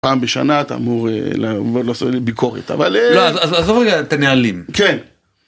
פעם בשנה אתה אמור לעשות ביקורת, אבל... לא, עזוב רגע את הנהלים. כן.